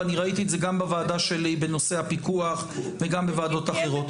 וראיתי את זה גם בוועדה שלי בנושא הפיקוח וגם בוועדות אחרות,